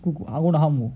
gonna harm who